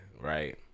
right